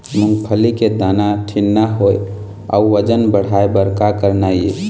मूंगफली के दाना ठीन्ना होय अउ वजन बढ़ाय बर का करना ये?